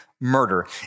murder